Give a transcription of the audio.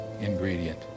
ingredient